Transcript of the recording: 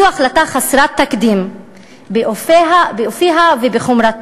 זו החלטה חסרת תקדים באופייה ובחומרתה.